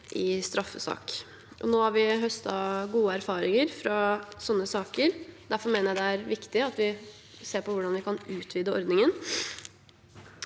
i straffesak. Nå har vi høstet gode erfaringer fra sånne saker. Derfor mener jeg det er viktig at vi ser på hvordan vi kan utvide ordningen.